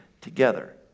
together